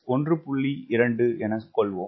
2 எனக் கொள்வோம்